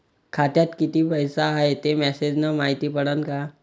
खात्यात किती पैसा हाय ते मेसेज न मायती पडन का?